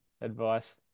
advice